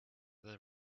the